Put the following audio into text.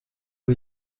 ubu